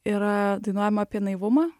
yra dainuojama apie naivumą